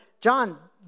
john